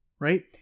right